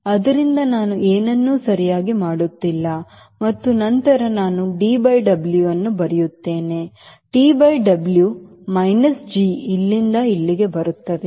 ಆದ್ದರಿಂದ ನಾನು ಏನನ್ನೂ ಸರಿಯಾಗಿ ಮಾಡುತ್ತಿಲ್ಲ ಮತ್ತು ನಂತರ ನಾನು D by W ಅನ್ನು ಬರೆಯುತ್ತೇನೆT by W minus G ಇಲ್ಲಿಂದ ಇಲ್ಲಿಗೆ ಬರುತ್ತದೆ